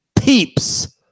Peeps